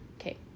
Okay